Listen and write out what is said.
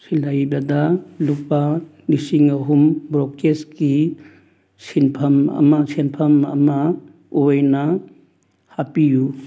ꯁꯤꯜꯍꯩꯕꯗ ꯂꯨꯄꯥ ꯂꯤꯁꯤꯡ ꯑꯍꯨꯝ ꯕ꯭ꯔꯣꯀꯦꯖꯀꯤ ꯁꯤꯟꯐꯝ ꯑꯃ ꯁꯦꯟꯐꯝ ꯑꯣꯏꯅ ꯍꯥꯞꯄꯤꯌꯨ